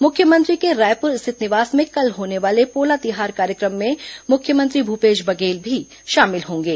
मुख्यमंत्री के रायपुर स्थित निवास में कल होने वाले पोला तिहार कार्यक्रम में मुख्यमंत्री भूपेश बघेल शामिल होंगे